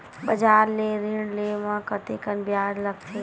बजार ले ऋण ले म कतेकन ब्याज लगथे?